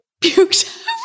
puked